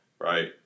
right